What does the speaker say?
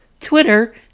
Twitter